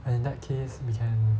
and in that case we can